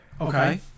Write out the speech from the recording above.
Okay